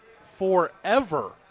forever